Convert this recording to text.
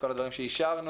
כל הדברים שאישרנו,